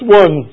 one